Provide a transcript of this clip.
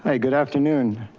ah good afternoon.